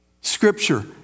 Scripture